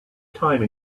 time